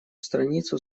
страницу